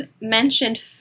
mentioned